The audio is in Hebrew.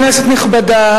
כנסת נכבדה,